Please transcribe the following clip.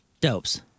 Dopes